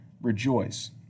rejoice